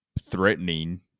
threatening